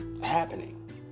happening